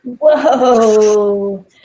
Whoa